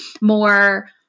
more